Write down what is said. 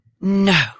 No